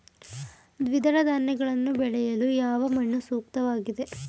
ದ್ವಿದಳ ಧಾನ್ಯಗಳನ್ನು ಬೆಳೆಯಲು ಯಾವ ಮಣ್ಣು ಸೂಕ್ತವಾಗಿದೆ?